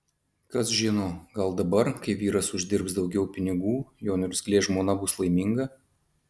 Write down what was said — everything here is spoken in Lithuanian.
kas žino gal dabar kai vyras uždirbs daugiau pinigų jo niurzglė žmona bus laiminga